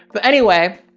but anyway,